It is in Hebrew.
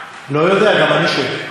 לא יודע, גם אני שואל.